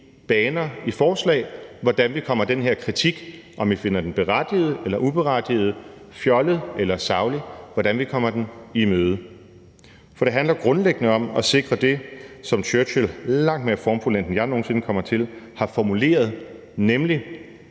i forslag til, hvordan vi kommer den her kritik – om vi finder den berettiget eller uberettiget, fjollet eller saglig – i møde. For det handler grundlæggende om at sikre det, som Churchill langt mere formfuldendt, end jeg nogen sinde kommer til, har formuleret, nemlig